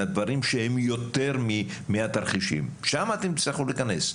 בדברים שהם יותר מהתרחישים, שם אתם תצטרכו להיכנס.